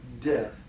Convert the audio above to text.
death